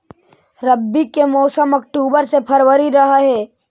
रब्बी के मौसम अक्टूबर से फ़रवरी रह हे